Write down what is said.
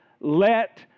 let